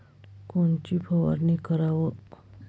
कोनची फवारणी कराव?